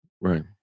right